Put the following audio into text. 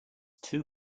two